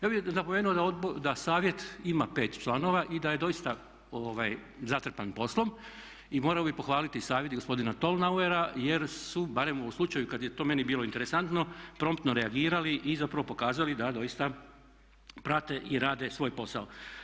Ja bih napomenuo da Savjet ima pet članova i da je doista zatrpan poslom i morao bih pohvaliti savjet gospodina Tolnauera jer su barem u slučaju kad je to meni bilo interesantno promptno reagirali i zapravo pokazali da doista prate i rade svoj posao.